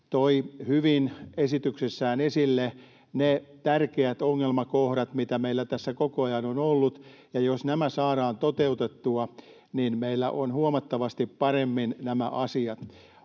toi hyvin esityksessään esille ne tärkeät ongelmakohdat, mitä meillä tässä koko ajan on ollut, ja jos nämä saadaan toteutettua, niin meillä on huomattavasti paremmin nämä asiat.